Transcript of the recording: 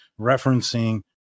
referencing